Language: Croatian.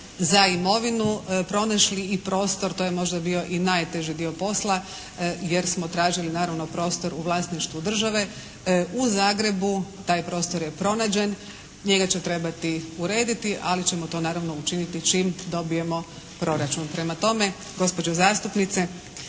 za imovinu pronašli i prostor, to je možda bio i najteži dio posla, jer smo tražili naravno prostor u vlasništvu države, u Zagrebu. Taj prostor je pronađen, njega će trebati urediti, ali ćemo to naravno učiniti čim dobijemo proračun. Prema tome gospođo zastupnice